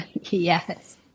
Yes